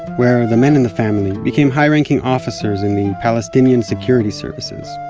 where the men in the family became high-ranking officers in the palestinian security services.